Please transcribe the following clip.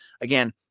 Again